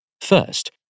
First